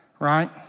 right